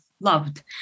loved